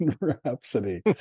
Rhapsody